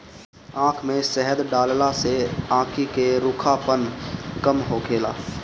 आँख में शहद डालला से आंखी के रूखापन कम होखेला